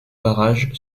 barrage